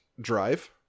drive